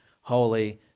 holy